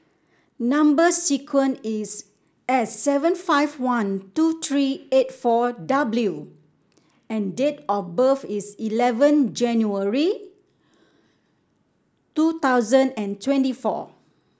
number sequence is S seven five one two three eight four W and date of birth is eleven January two thousand and twenty four